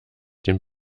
den